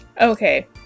Okay